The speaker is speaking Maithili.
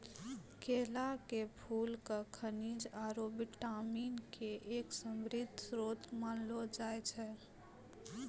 केला के फूल क खनिज आरो विटामिन के एक समृद्ध श्रोत मानलो जाय छै